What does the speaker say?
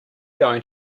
going